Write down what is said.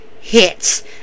hits